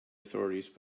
authorities